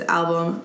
album